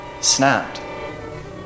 snapped